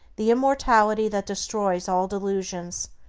the immortality that destroys all delusions,